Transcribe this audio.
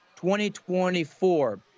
2024